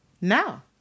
now